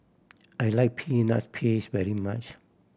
I like peanuts paste very much